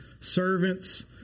Servants